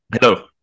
Hello